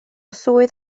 swydd